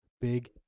Big